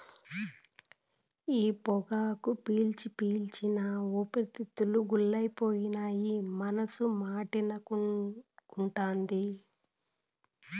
ఈ పొగాకు పీల్చి పీల్చి నా ఊపిరితిత్తులు గుల్లైపోయినా మనసు మాటినకుంటాంది